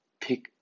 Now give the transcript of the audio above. Pick